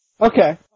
Okay